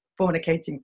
fornicating